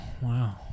wow